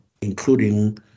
including